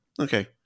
okay